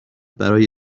برای